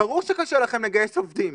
ברור שקשה לכם לגייס עובדים,